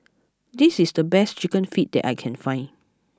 this is the best Chicken Feet that I can find